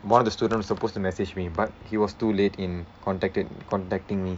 one of the students supposed to message me but he was too late in contacted contacting me